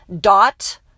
dot